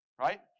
right